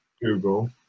google